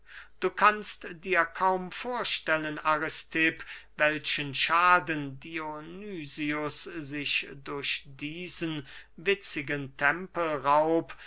du kannst dir kaum vorstellen aristipp welchen schaden dionysius sich durch diesen witzigen